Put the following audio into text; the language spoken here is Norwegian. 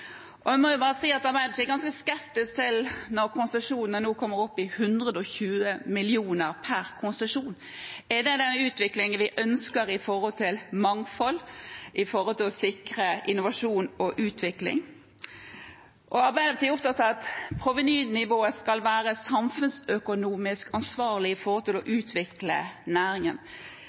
Jeg må bare si at Arbeiderpartiet er ganske skeptisk når en nå kommer opp i 120 mill. kr per konsesjon. Er det en utvikling vi ønsker med hensyn til mangfold og med hensyn til å sikre innovasjon og utvikling? Arbeiderpartiet er opptatt av at provenynivået skal være samfunnsøkonomisk ansvarlig med tanke på å utvikle næringen.